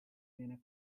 viene